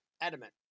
adamant